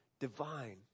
divine